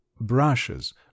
brushes